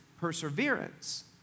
perseverance